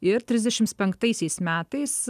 ir trisdešimt penktaisiais metais